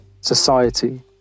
society